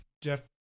Jeff